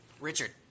Richard